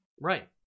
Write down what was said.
Right